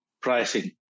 pricing